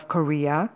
Korea